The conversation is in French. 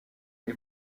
les